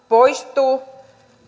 poistuu